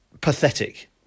pathetic